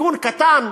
תיקון קטן,